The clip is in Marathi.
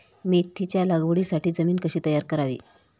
मेथीच्या लागवडीसाठी जमीन कशी तयार करावी?